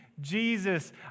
Jesus